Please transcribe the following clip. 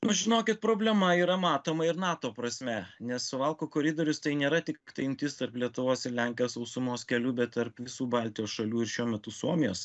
nu žinokit problema yra matoma ir nato prasme nes suvalkų koridorius tai nėra tiktai jungtis tarp lietuvos ir lenkijos sausumos kelių bet tarp visų baltijos šalių ir šiuo metu suomijos